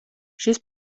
šis